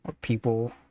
people